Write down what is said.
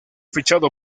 fichado